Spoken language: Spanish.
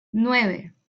nueve